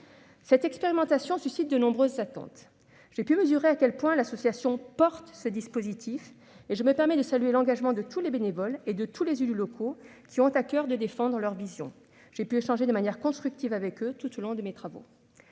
Cette expérimentation suscite de nombreuses attentes. J'ai pu mesurer à quel point l'association porte ce dispositif et je me permets de saluer l'engagement de tous les bénévoles et de tous les élus locaux, qui ont à coeur de défendre leur vision. J'ai pu échanger de manière constructive avec eux tout au long de mes travaux.